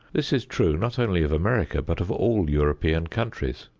this is true not only of america but of all european countries.